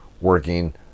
working